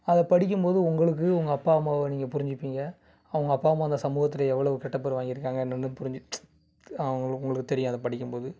அதை படிக்கும் போது உங்களுக்கு உங்கள் அப்பா அம்மாவை நீங்கள் புரிஞ்சுப்பீங்க அவங்க அப்பா அம்மா இந்த சமூகத்தில் எவ்வளோ கெட்டப்பேர் வாங்கிருக்காங்க என்னென்னு புரிஞ்சு உங்களுக்கு உங்களுக்கு தெரியும் அதை படிக்கும் போது